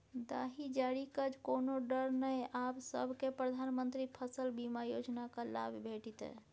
दाही जारीक कोनो डर नै आब सभकै प्रधानमंत्री फसल बीमा योजनाक लाभ भेटितै